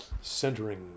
centering